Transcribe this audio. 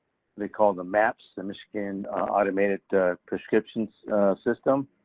they call them maps, the michigan automated prescription system,